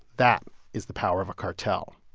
that is the power of a cartel.